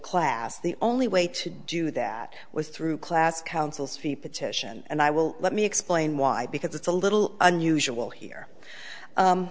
the only way to do that was through class councils fee petition and i will let me explain why because it's a little unusual here